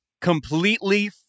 completely